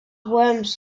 worms